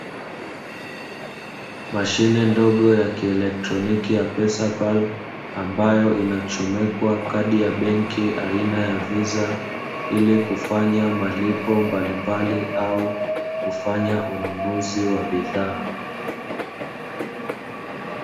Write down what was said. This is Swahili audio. Mashine ndogo ya kielektroniki ya "pesapala" ambayo inachomekwa kadi ya benki aina ya "Visa" ili kufanya malipo mbalimbali au kufanya ununuzi wa bidhaa.